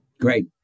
Great